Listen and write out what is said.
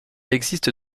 existe